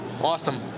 Awesome